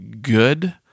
good